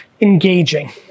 engaging